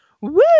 Woo